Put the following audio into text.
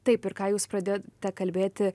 taip ir ką jūs pradėjote kalbėti